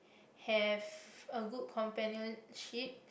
have a good companionship